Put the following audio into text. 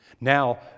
Now